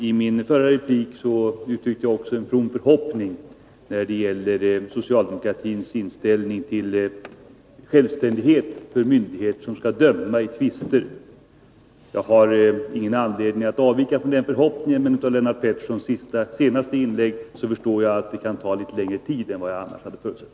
I min förra replik uttryckte jag också en from förhoppning när det gäller socialdemokratins inställning till självständighet för myndigheter som skall döma i tvister. Jag har ingen anledning att avvika från den förhoppningen, men av Lennart Petterssons senaste inlägg förstod jag att det kan ta litet längre tid än vad jag annars hade förutsett.